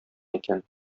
икән